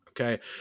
Okay